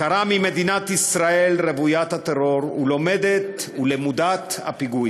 הכרה ממדינת ישראל רוויית הטרור ולמודת הפיגועים.